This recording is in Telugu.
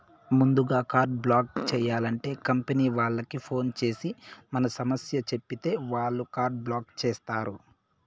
ముందుగా కార్డు బ్లాక్ చేయాలంటే కంపనీ వాళ్లకి ఫోన్ చేసి మన సమస్య చెప్పితే వాళ్లే కార్డు బ్లాక్ చేస్తారు